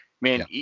Man